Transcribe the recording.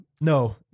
no